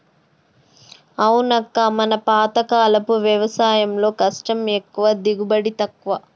అవునక్క మన పాతకాలపు వ్యవసాయంలో కష్టం ఎక్కువ దిగుబడి తక్కువ